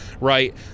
right